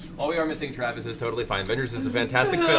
while we are missing travis, it's totally fine, avengers is a fantastic